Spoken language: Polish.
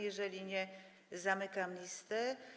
Jeżeli nie, zamykam listę.